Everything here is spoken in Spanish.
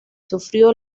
sufrió